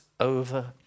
over